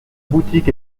boutique